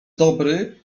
dobry